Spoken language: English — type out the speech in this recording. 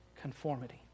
conformity